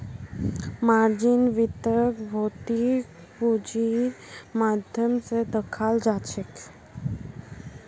margin वित्तक भौतिक पूंजीर माध्यम स दखाल जाछेक